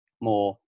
more